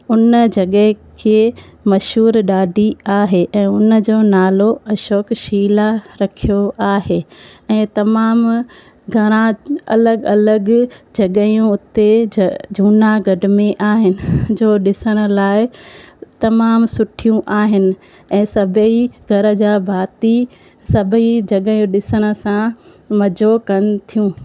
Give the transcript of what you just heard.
हुन जॻए खे मशहूर ॾाढी आहे ऐं हुनजो नालो अशोक शिला रखियो आहे ऐं तमामु घणा अलॻि अलॻि जॻहयूं हुते ज जूनागढ़ में आहिनि जो ॾिसण लाइ तमामु सुठियूं आहिनि ऐं सभेई घर जा भाती सभेई जॻहयूं ॾिसण सां मज़ो कनि थियूं